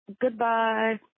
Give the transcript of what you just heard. goodbye